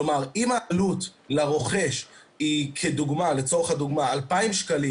כלומר אם העלות לרוכש היא לצורך הדוגמה 2,000 שקלים,